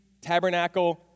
tabernacle